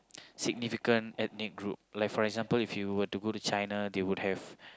significant ethnic group like for example if you would to go to China they would have